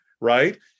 right